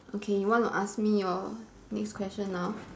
okay want to ask me your next question now